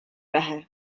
vähe